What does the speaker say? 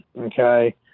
okay